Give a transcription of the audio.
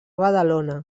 badalona